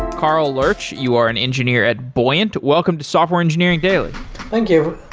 carl lurch, you are an engineer at buoyant, welcome to software engineering daily thank you,